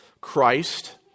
Christ